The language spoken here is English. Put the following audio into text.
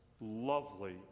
lovely